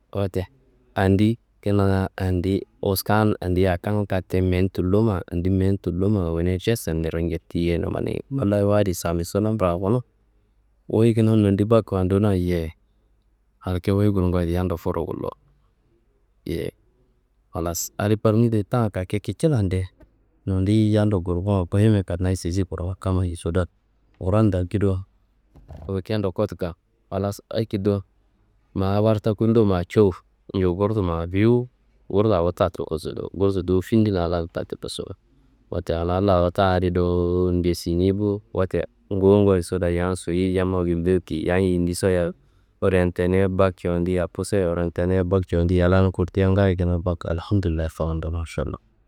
Watte andi kina andi wuska n andi yaka n kate mewu n tulloma andi mewu n tulloma awone jest niro njirdiyeina manei. Wolla wu adi samisono rakunu, wuyi kina nondi bak gadona yeyi halke wuyi gulkuwando yando fuwuro gullo yeyi. Halas adi pami de ta kake kicillande, nondi yando gulkuwa koyiyembe kanayi sesi krowo kammayi sodan. Nguron dakido wikendo kotuka akedo ma habar takunudo ma cuwu nju gursu ma fiwu gursa wu ta tacu kosodo. Gursu dufu findi alan taca kosodo, watte ana larro ta adi dowo ngesni bo. Watte ngowon koyi sudan yam soyi, yammawa gullurki, yam yindi soyia kuren tinea bak cawandi, yaku soyia oriyantenia bak cawandi, yallana kurteye ngayo kina bak alhamdullayi kawando mašalla.